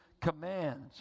commands